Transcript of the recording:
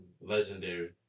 Legendary